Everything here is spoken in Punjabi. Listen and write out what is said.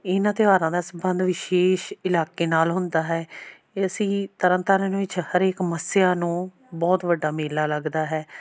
ਇਹਨਾਂ ਤਿਉਹਾਰਾਂ ਦਾ ਸੰਬੰਧ ਵਿਸ਼ੇਸ਼ ਇਲਾਕੇ ਨਾਲ਼ ਹੁੰਦਾ ਹੈ ਅਤੇ ਅਸੀਂ ਹੀ ਤਰਨਤਾਰਨ ਵਿੱਚ ਹਰੇਕ ਮੱਸਿਆ ਨੂੰ ਬਹੁਤ ਵੱਡਾ ਮੇਲਾ ਲੱਗਦਾ ਹੈ